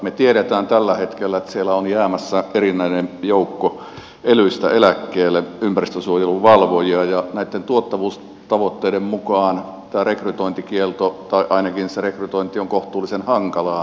me tiedämme tällä hetkellä että siellä on jäämässä erinäinen joukko elyistä eläkkeelle ympäristönsuojeluvalvojia ja näitten tuottavuustavoitteiden mukaan on tämä rekrytointikielto tai ainakin se rekrytointi on kohtuullisen hankalaa